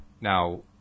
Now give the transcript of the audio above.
Now